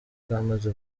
kamaze